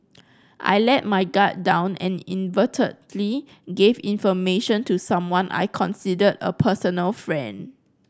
I let my guard down and gave information to someone I considered a personal friend